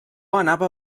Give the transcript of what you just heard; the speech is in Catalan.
anava